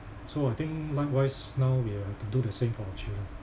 so I think likewise now we have to do the same for our children